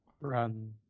Run